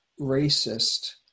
racist